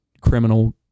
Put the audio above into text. criminal